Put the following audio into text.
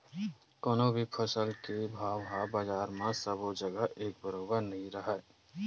कोनो भी फसल के भाव ह बजार म सबो जघा एके बरोबर नइ राहय